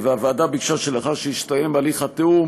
הוועדה ביקשה שלאחר שיסתיים הליך התיאום